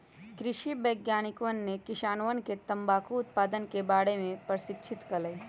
कृषि वैज्ञानिकवन ने किसानवन के तंबाकू उत्पादन के बारे में प्रशिक्षित कइल